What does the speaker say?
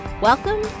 Welcome